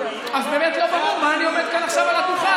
אז באמת לא ברור מה אני עומד כאן עכשיו על הדוכן.